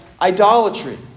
idolatry